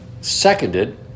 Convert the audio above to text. seconded